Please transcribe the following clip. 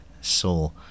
soul